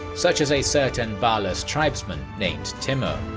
such as a certain barlas tribesman named timur.